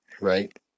right